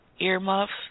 earmuffs